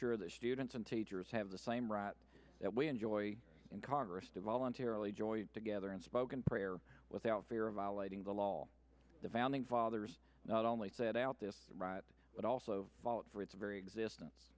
assure that students and teachers have the same rights that we enjoy in congress to voluntarily join together unspoken prayer without fear of violating the law the founding fathers not only set out this right but also for its very existence